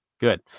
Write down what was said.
Good